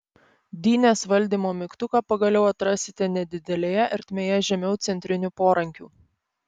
dynės valdymo mygtuką pagaliau atrasite nedidelėje ertmėje žemiau centrinių porankių